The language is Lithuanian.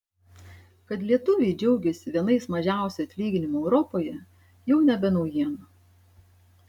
kad lietuviai džiaugiasi vienais mažiausių atlyginimų europoje jau nebe naujiena